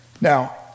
Now